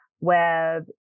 web